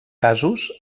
casos